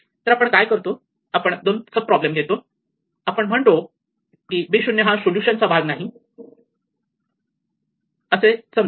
तर आपण काय करतो आपण दोन सब प्रॉब्लेम घेतो आपण म्हणतो की b 0 हा सोल्यूशनचा भाग नाही असे समजू